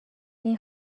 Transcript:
این